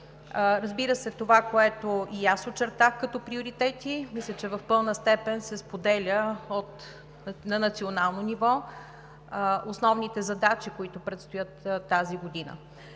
събрание. Това, което и аз очертах като приоритети, мисля, че в пълна степен се споделя на национално ниво като основни задачи, които предстоят пред нас